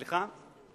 מוסלמים,